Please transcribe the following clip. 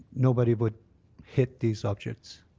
nobody would hit these objects.